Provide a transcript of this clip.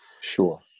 sure